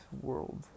world